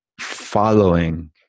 following